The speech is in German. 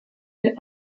mit